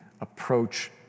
approach